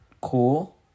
cool